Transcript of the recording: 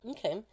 Okay